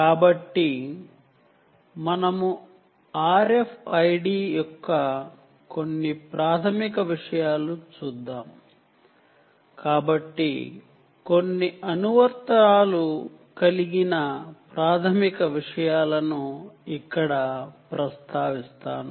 కాబట్టి అప్లికేషన్స్ ఉన్న కొన్ని ప్రాథమిక విషయాలను ఇక్కడ ప్రస్తావిస్తాను